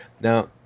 Now